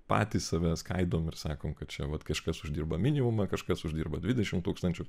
patys save skaidom ir sakom kad čia vat kažkas uždirba minimumą kažkas uždirba dvidešimt tūkstančių